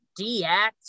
dx